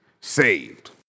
saved